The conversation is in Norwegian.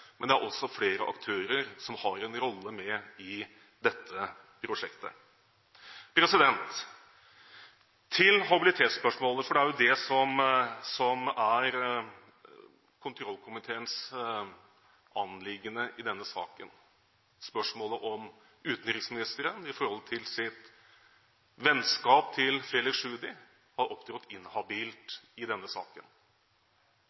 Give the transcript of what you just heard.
men det er også flere aktører som har en rolle i dette prosjektet. Til habilitetsspørsmålet – for det er jo det som er kontrollkomiteens anliggende i denne saken, nemlig spørsmålet om hvorvidt utenriksministeren, i forhold til sitt vennskap med Felix Tschudi, har opptrådt inhabilt